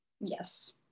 Yes